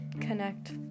connect